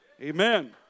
Amen